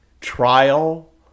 trial